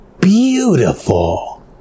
Beautiful